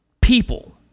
people